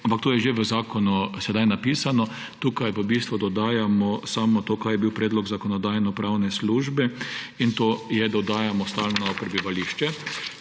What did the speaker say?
ampak to je že v zakonu sedaj napisano. Tukaj v bistvu dodajamo samo to, kar je bil predlog Zakonodajno-pravne službe, in to je, da dodajamo stalno prebivališče.